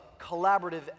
collaborative